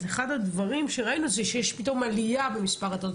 אז אחד הדברים שראינו זה שיש פתאום עלייה במספר ההטרדות.